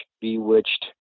Bewitched